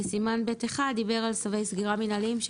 סימן ב'1 דיבר על צווי סגירה מינהליים,